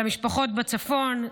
למשפחות בצפון.